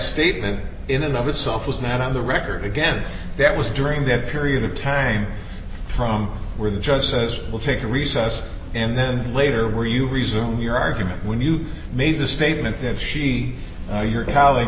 statement in another self was not on the record again that was during that period of time from where the judge says it will take a recess and then later where you resume your argument when you made the statement that she your colleague